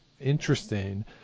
interesting